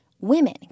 women